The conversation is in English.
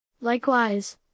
Likewise